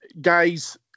guys